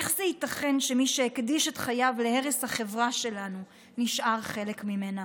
איך ייתכן שמי שהקדיש את חייו להרס החברה שלנו נשאר חלק ממנה?